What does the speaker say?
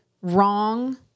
wrong